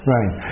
Right